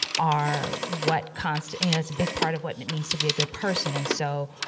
are what const, you know, it's a big part of what and it means to be a good person and so,